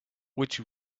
which